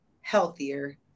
healthier